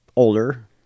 older